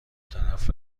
طرف